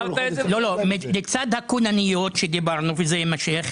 לצד הכוננויות שדיברנו עליהם שימשכו,